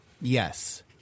Yes